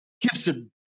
Gibson